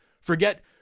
Forget